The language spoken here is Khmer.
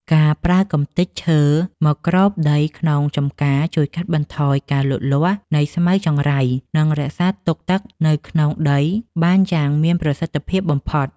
ការប្រើកម្ទេចឈើមកគ្របដីក្នុងចម្ការជួយកាត់បន្ថយការលូតលាស់នៃស្មៅចង្រៃ និងរក្សាទុកទឹកនៅក្នុងដីបានយ៉ាងមានប្រសិទ្ធភាពបំផុត។